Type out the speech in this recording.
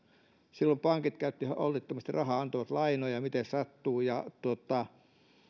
silloin pankit käyttivät holtittomasti rahaa antoivat lainoja miten sattuu